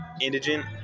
Indigent